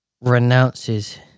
renounces